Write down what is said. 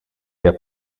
der